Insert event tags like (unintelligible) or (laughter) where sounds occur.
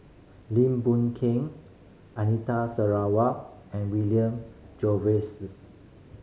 Lim Boon Keng Anita Sarawak and William (unintelligible)